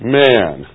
man